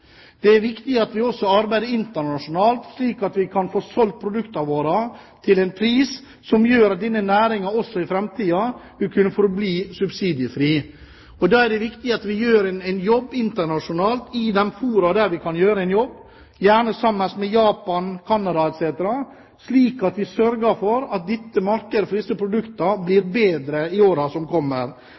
Det er viktig at vi også arbeider internasjonalt, slik at vi kan få solgt produktene våre til en pris som gjør at denne næringen også i framtiden vil kunne forbli subsidiefri. Da er det viktig at vi internasjonalt gjør en jobb i de fora der vi kan gjøre det, gjerne sammen med Japan, Canada etc., slik at vi sørger for at markedet for disse produktene blir bedre i årene som kommer.